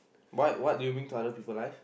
what what do you bring to other people life